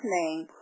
name